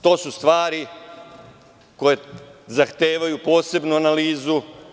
To su stvari koje zahtevaju posebnu analizu.